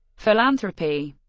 philanthropy